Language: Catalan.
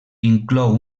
inclou